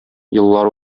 еллар